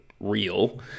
real